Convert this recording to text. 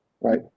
right